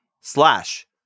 slash